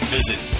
Visit